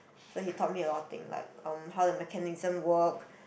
so he taught me a lot of things like um how the mechanism work